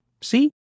See